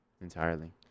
Entirely